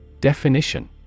Definition